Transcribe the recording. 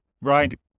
right